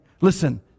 Listen